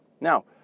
Now